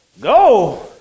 go